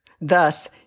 Thus